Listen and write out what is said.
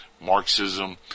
Marxism